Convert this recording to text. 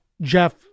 Jeff